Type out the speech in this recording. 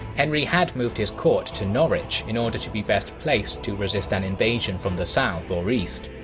henry had moved his court to norwich in order to be best placed to resist an invasion from the south or east.